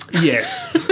Yes